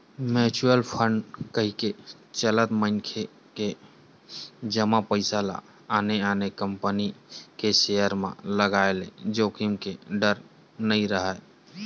mutual fund कके चलत मनखे के जमा पइसा ल आने आने कंपनी के सेयर म लगाय ले जोखिम के डर नइ राहय